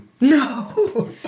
No